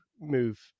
move